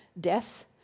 death